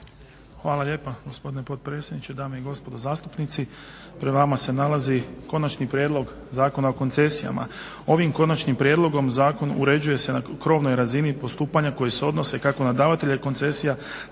Hvala lijepo gospodine potpredsjedniče. Dame i gospodo zastupnici. Pred vama se nalazi Konačni prijedlog zakona o koncesijama. Ovim konačnim prijedlogom zakona uređuje se na krovnoj razini postupanje koje se odnosi kako na davatelje koncesija